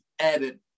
added